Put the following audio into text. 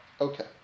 Okay